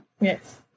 Yes